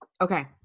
okay